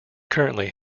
currently